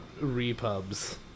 Repub's